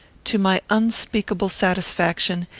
to my unspeakable satisfaction,